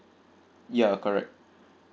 ya correct